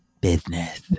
business